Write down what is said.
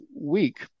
week